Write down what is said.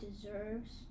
deserves